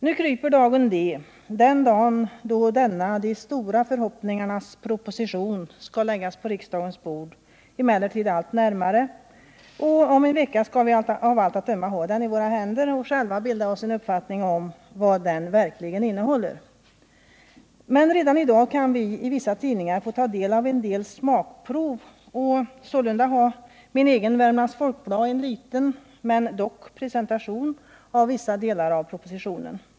Nu kryper dagen D — den dagen då denna de stora förhoppningarnas proposition skall läggas på riksdagens bord — emellertid allt närmare, och om en vecka skall vi av allt att döma ha den i våra händer och själva kunna bilda oss en uppfattning om vad den verkligen innehåller. Men redan i dag kan vi i vissa tidningar få en del ”smakprov”. Sålunda har min egen Värmlands Folkblad en presentation — låt vara att den är liten — av vissa delar av propositionen.